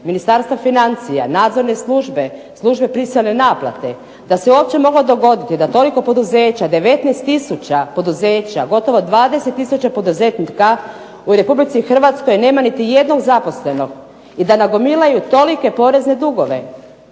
Ministarstva financija, nadzorne službe, Službe prisilne naplate da se uopće moglo dogoditi da toliko poduzeća 19000 poduzeća, gotovo 20000 poduzetnika u Republici Hrvatskoj nema niti jednog zaposlenog i da nagomilaju tolike porezne dugove,